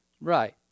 Right